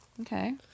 Okay